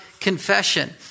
confession